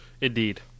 Indeed